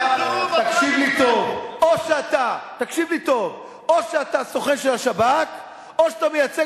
תקשיב לי טוב: או שאתה סוכן של השב"כ או שאתה מייצג